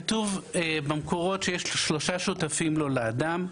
כתוב במקורות שיש שלושה שותפים לו לאדם,